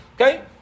Okay